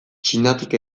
txinatik